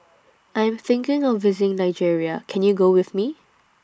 I'm thinking of visiting Nigeria Can YOU Go with Me